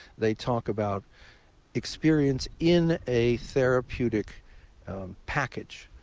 they talk about experience in a therapeutic package.